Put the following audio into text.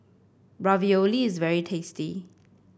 ravioli is very tasty